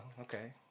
okay